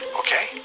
okay